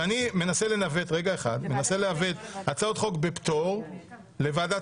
ואני מנסה לנווט הצעות חוק בפטר לוועדת